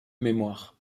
mémoire